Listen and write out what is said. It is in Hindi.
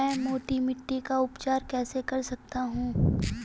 मैं मोटी मिट्टी का उपचार कैसे कर सकता हूँ?